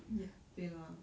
ya 对啦